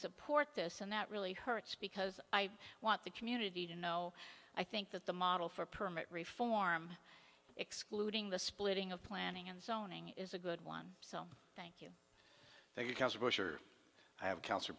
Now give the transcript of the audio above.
support this and that really hurts because i want the community to know i think that the model for permit reform excluding the splitting of planning and zoning is a good one so thank you cousin bush or i have cancer